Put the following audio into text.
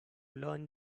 learn